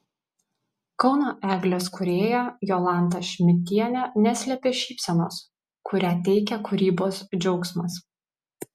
kauno eglės kūrėja jolanta šmidtienė neslėpė šypsenos kurią teikia kūrybos džiaugsmas